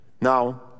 Now